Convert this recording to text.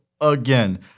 Again